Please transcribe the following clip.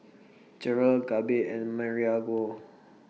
Jerrold Gabe and